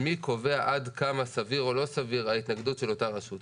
מי קובע עד כמה סבירה או לא סבירה ההתנגדות של אותה רשות.